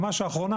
ממש האחרונה,